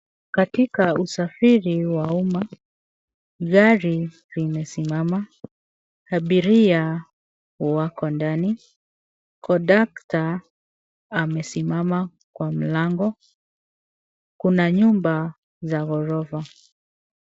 Katika usafiri wa umma, gari limesimama, abiria wako ndani, kondakta amesimama kwa mlango, kuna nyumba za ghorofa.